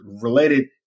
related